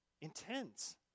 intense